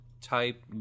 type